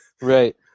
Right